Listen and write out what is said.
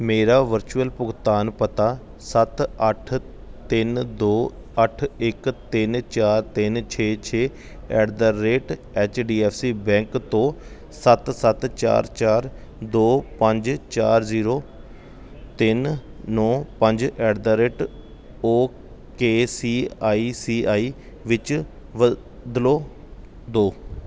ਮੇਰਾ ਵਰਚੁਅਲ ਭੁਗਤਾਨ ਪਤਾ ਸੱਤ ਅੱਠ ਤਿੰਨ ਦੋ ਅੱਠ ਇਕ ਤਿੰਨ ਚਾਰ ਤਿੰਨ ਛੇ ਛੇ at the rate H D F C bank ਤੋਂ ਸੱਤ ਸੱਤ ਚਾਰ ਚਾਰ ਦੋ ਪੰਜ ਚਾਰ ਜ਼ੀਰੋ ਤਿੰਨ ਨੋਂ ਪੰਜ at the rate ok C I C I ਵਿੱਚ ਬਦਲੋ ਦਿਓ